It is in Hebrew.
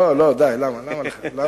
לא, לא, די, למה לך?